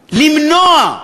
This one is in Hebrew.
למנוע?